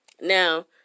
Now